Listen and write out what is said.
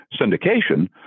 syndication